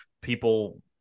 people